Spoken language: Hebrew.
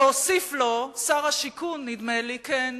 והוסיף עליו שר השיכון, נדמה לי, כן,